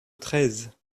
treize